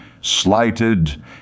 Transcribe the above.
slighted